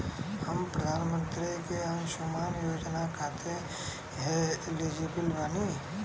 हम प्रधानमंत्री के अंशुमान योजना खाते हैं एलिजिबल बनी?